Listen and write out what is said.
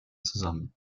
zusammen